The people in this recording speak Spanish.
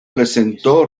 presentó